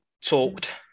talked